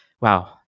Wow